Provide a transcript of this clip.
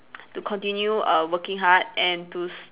to continue err working hard and to s~